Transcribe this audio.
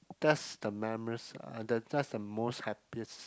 that's the memor~ that's the most happiest